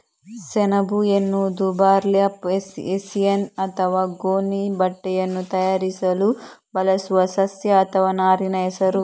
ಸೆಣಬು ಎಂಬುದು burlap, hessian ಅಥವಾ ಗೋಣಿ ಬಟ್ಟೆಯನ್ನು ತಯಾರಿಸಲು ಬಳಸುವ ಸಸ್ಯ ಅಥವಾ ನಾರಿನ ಹೆಸರು